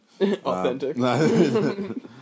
Authentic